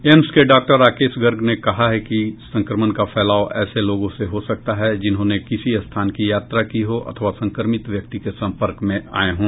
AIIMS के doctor Rakesh Garg ने कहा कि संक्रमण का फैलाव ऐसे लोगों से हो सकता है जिन्होंने किसी स्थान की यात्रा की हो अथवा संक्रमित व्यक्ति के सम्पर्क में आए हों